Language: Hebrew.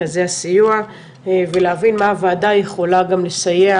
מרכזי הסיוע ולהבין מה הוועדה יכולה גם לסייע